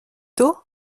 d’eau